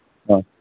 औ